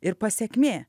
ir pasekmė